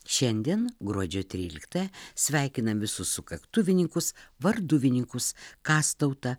šiandien gruodžio tryliktą sveikinam visus sukaktuvininkus varduvininkus kastautą